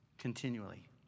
Continually